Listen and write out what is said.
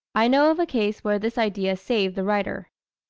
i know of a case where this idea saved the rider.